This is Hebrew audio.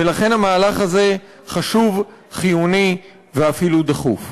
ולכן המהלך הזה חשוב, חיוני, ואפילו דחוף.